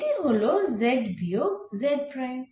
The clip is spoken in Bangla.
এটি হল z বিয়োগ z প্রাইম